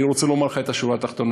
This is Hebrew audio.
אני רוצה לומר לך את השורה התחתונה,